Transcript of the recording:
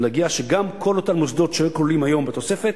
ולהגיע לכך שגם כל אותם מוסדות שכלולים היום בתוספת